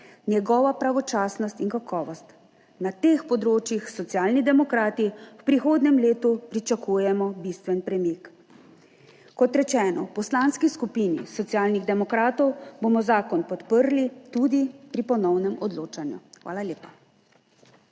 njegova pravočasnost in kakovost. Na teh področjih Socialni demokrati v prihodnjem letu pričakujemo bistven premik. Kot rečeno, v Poslanski skupini Socialnih demokratov bomo zakon podprli tudi pri ponovnem odločanju. Hvala lepa.